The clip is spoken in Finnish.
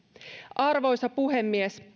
arvoisa puhemies